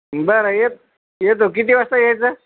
बरं येत येतो किती वाजता यायचं